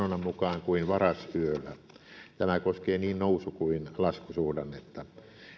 mukaan kuin varas yöllä tämä koskee niin nousu kuin laskusuhdannetta